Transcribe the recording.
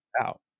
out